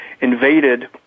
invaded